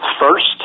first